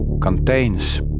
contains